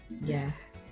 yes